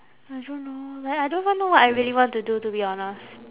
I don't know like I don't even know what I really want to do to be honest